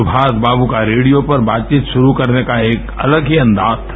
सुभाषबाद् का रेडियो पर बातचीत शुरू करने का एक अलग ही अंदाज़ था